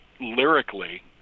lyrically